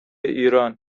ایران